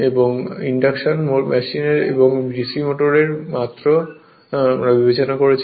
এবং induction machine এবং DC motor মাত্র আমরা বিবেচনা করেছি